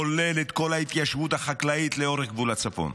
כולל את כל ההתיישבות החקלאית לאורך גבול הצפון,